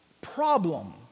problem